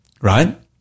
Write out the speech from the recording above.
right